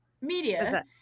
media